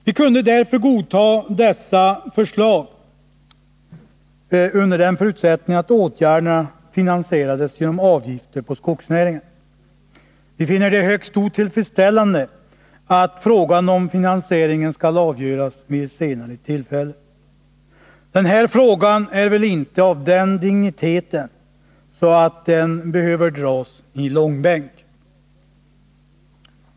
Vi kunde därför godta regeringens förslag, under den förutsättningen att åtgärderna finansierades genom avgifter på skogsnäringen. Vi finner det högst otillfredsställande att frågan om finansieringen skall avgöras vid ett senare tillfälle. Den här frågan är väl inte av den digniteten att den behöver dras i långbänk.